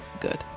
good